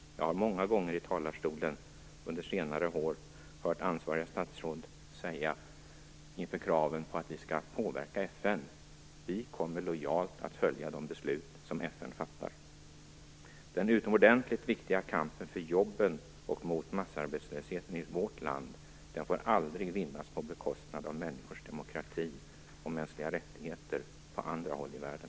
Jag har många gånger under senare år hört ansvariga statsråd i talarstolen inför kraven på att vi skall påverka FN, säga att "vi kommer lojalt att följa de beslut som FN fattar". Den utomordentligt viktiga kampen för jobben och mot massarbetslösheten i vårt land får aldrig vinnas på bekostnad av människors demokrati och mänskliga rättigheter ute på andra håll i världen.